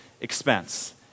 expense